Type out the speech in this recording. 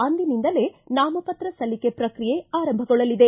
ಅಂದಿನಿಂದಲೇ ನಾಮಪತ್ರ ಸಲ್ಲಿಕೆ ಪ್ರಕ್ರಿಯೆ ಆರಂಭಗೊಳ್ಳಲಿದೆ